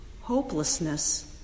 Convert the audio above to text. Hopelessness